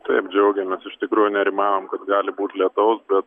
taip džiaugiamės iš tikrųjų nerimavomkad gali būt lietaus bet